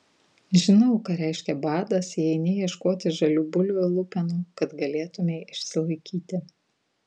žinau ką reiškia badas jei eini ieškoti žalių bulvių lupenų kad galėtumei išsilaikyti